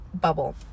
bubble